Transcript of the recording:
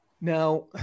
Now